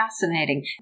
fascinating